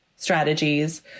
strategies